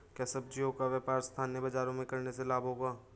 क्या सब्ज़ियों का व्यापार स्थानीय बाज़ारों में करने से लाभ होगा?